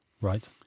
right